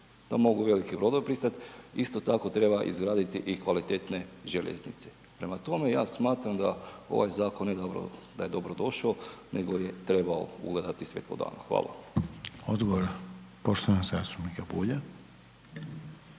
da mogu veliki brodovi pristat, isto tako treba izgraditi i kvalitetne željeznice. Prema tome, ja smatra da je ovaj zakon dobrodošao nego je trebao ugledati svjetlo dana. Hvala. **Reiner, Željko